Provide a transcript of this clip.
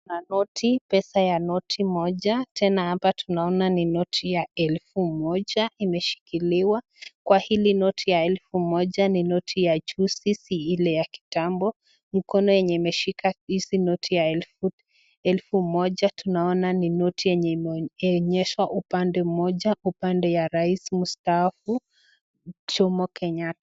Manoti. Pesa ya noti moja. Tena hapa tunaona ni noti ya elfu moja imeshikiliwa. Kwa hili noti ya elfu moja ni noti ya juzi si ile ya kitambo. Mkono yenye imeshika hizi noti ya elfu moja. Tunaona ni noti yenye imeonyesha upande mmoja, upande ya Rasi Mstaafu Jomo Kenyatta.